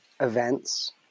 events